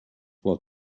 what